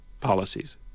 policies